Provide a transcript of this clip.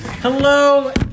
Hello